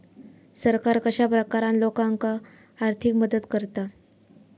सरकार कश्या प्रकारान लोकांक आर्थिक मदत करता?